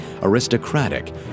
aristocratic